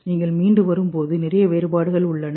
நீங்கள் மீண்டு வரும்போது நிறைய வேறுபாடுகள் உள்ளன